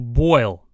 boil